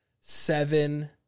Seven